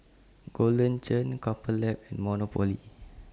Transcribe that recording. Golden Churn Couple Lab and Monopoly